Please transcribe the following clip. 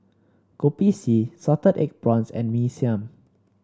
Kopi C Salted Egg Prawns and Mee Siam